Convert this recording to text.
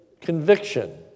conviction